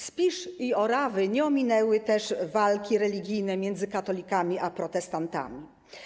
Spiszu i Orawy nie ominęły też walki religijne między katolikami a protestantami.